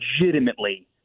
legitimately